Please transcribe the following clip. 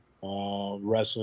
Wrestling